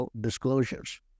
disclosures